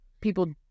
people